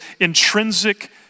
intrinsic